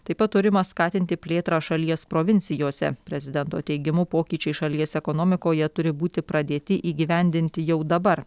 taip pat turima skatinti plėtrą šalies provincijose prezidento teigimu pokyčiai šalies ekonomikoje turi būti pradėti įgyvendinti jau dabar